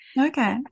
Okay